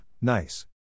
nice